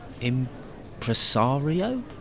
Impresario